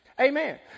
Amen